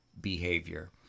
behavior